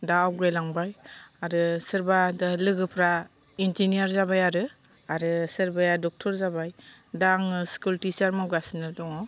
दा आवगयलांबाय आरो सोरबा लोगोफ्रा इनजिनियार जाबाय आरो आरो सोरबाया ड'क्टर जाबाय दा आङो स्कुल टिचार मावगासिनो दङ